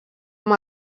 amb